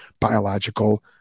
biological